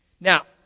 Now